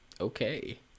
okay